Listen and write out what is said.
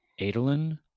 Adolin